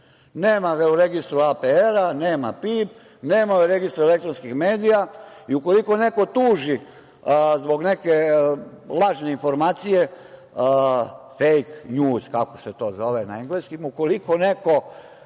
nema ga u registru APR, nema PIB, nema u registru elektronskih medija. Ukoliko neko tuži zbog neke lažne informacije, fake news, kako se to zove na engleskom, ukoliko neko